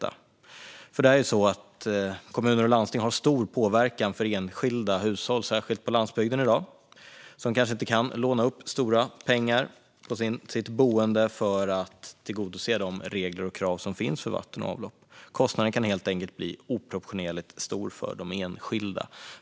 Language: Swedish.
Kommuner och landsting har nämligen stor påverkan på enskilda hushåll, särskilt på landsbygden, som kanske inte kan låna stora pengar på sitt boende för att tillgodose de regler och krav som finns för vatten och avlopp. Kostnaden kan helt enkelt bli oproportionerligt stor för enskilda.